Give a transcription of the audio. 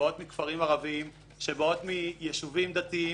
שבאות מכפרים ערביים, שבאות מיישובים דתיים.